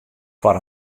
foar